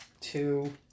two